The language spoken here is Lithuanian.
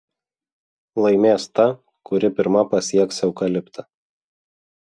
laimės ta kuri pirma pasieks eukaliptą